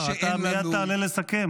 אתה מייד תעלה לסכם,